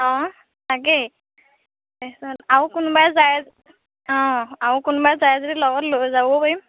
অঁ তাকেই তাৰপিছত আৰু কোনোবাই যায় অঁ আৰু কোনোবা যায় যদি লগত লৈ যাবও পাৰিম